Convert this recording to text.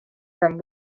from